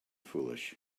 foolish